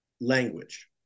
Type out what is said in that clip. Language